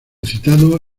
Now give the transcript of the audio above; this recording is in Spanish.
citado